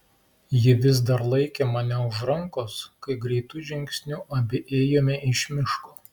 ji vis dar laikė mane už rankos kai greitu žingsniu abi ėjome iš miško